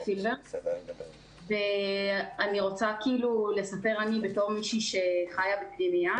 אני רוצה לספר בתור מישהו שחיה בפנימייה